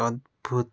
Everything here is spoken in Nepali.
अद्भुत